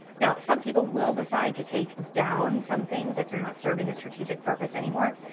now some people will decide to take down some things, if they're not serving a strategic purpose anymore.